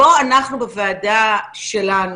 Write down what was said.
בואו אנחנו בוועדה שלנו,